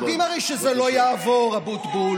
ואתם יודעים הרי שזה לא יעבור, אבוטבול.